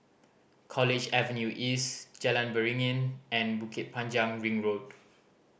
College Avenue East Jalan Beringin and Bukit Panjang Ring Road